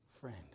friend